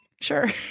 sure